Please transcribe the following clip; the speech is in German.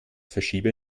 verschiebe